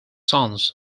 sons